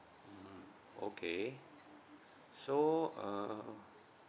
mmhmm okay so uh